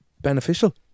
Beneficial